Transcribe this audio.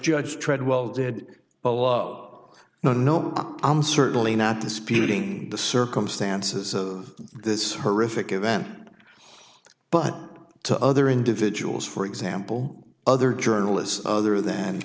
judge treadwell did a law no no i'm certainly not disputing the circumstances of this horrific event but to other individuals for example other journalists other than